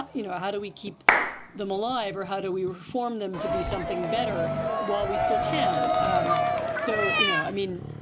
ah you know, how do we keep them alive or how do we reform them to be something better while we still can. um so, you know, i mean,